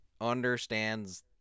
understands